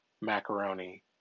macaroni